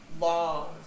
laws